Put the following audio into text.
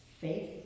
faith